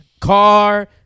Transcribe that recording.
car